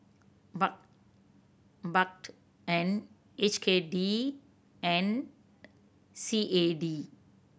Baht Baht and H K D and C A D